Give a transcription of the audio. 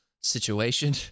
situation